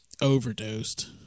overdosed